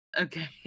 Okay